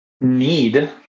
need